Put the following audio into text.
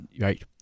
Right